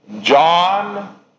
John